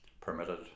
permitted